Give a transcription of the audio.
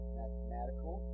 mathematical